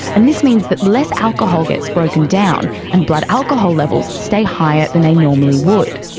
and this means that less alcohol gets broken down and blood alcohol levels stay higher than they normally would.